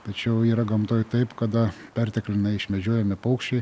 tačiau yra gamtoj taip kada perteklinai išmedžiojami paukščiai